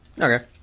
Okay